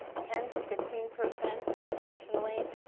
ten to fifteen percent nationally,